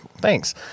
thanks